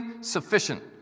sufficient